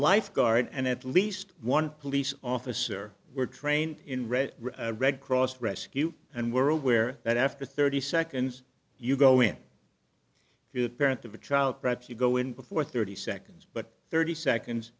lifeguard and at least one police officer were trained in red red cross rescue and we're aware that after thirty seconds you go in to the parent of a child perhaps you go in before thirty seconds but thirty seconds